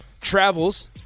travels